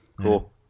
cool